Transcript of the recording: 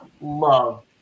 love